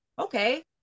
Okay